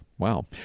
wow